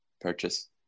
purchase